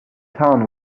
town